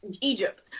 Egypt